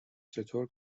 چطور